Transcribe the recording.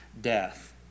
death